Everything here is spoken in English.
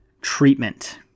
treatment